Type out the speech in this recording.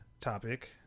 topic